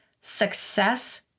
success